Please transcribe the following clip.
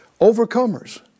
overcomers